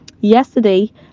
yesterday